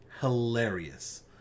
hilarious